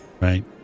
Right